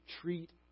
treat